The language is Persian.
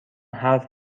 حرف